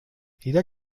jeder